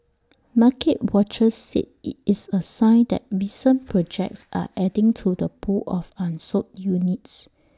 market watchers said IT is A sign that recent projects are adding to the pool of unsold units